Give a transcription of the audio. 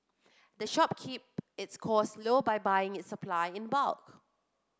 the shop keep its costs low by buying its supply in bulk